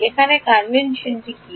এখন কনভেনশন কী